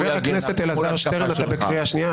חבר הכנסת אלעזר שטרן, אתה בקריאה שנייה.